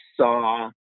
saw